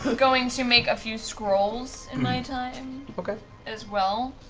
going to make a few scrolls in my time as well.